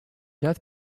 death